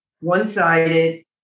one-sided